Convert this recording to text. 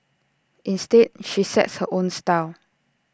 instead she sets her own style